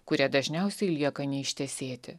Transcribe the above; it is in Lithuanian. kurie dažniausiai lieka neištesėti